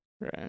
Right